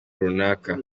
runaka